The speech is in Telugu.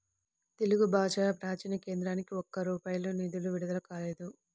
తెలుగు భాషా ప్రాచీన కేంద్రానికి ఒక్క రూపాయి నిధులు విడుదల కాలేదు